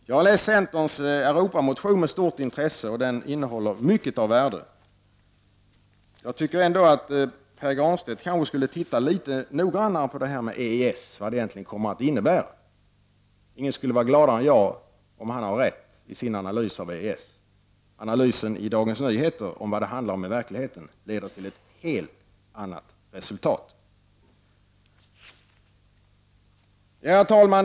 Jag har med stort intresse läst centerns Europamotion. Den innehåller mycket av värde. Jag tycker ändå att Pär Granstedt borde se litet noggrannare på vad EES egentligen kommer att innebära. Ingen skulle vara gladare än jag, om han har rätt i sin analys. Analysen i Dagens Nyheter om vad det i verkligheten handlar om leder till ett helt annat resultat. Herr talman!